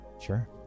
Sure